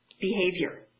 behavior